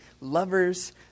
lovers